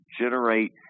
generate